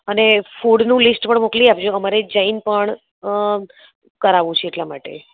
અને ફૂડનું લિસ્ટ પણ મોકલી આપજો અમારે જૈન પણ કરાવવું છે એટલા માટે